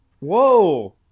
Whoa